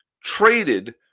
traded